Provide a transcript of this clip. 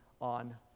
on